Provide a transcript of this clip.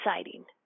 exciting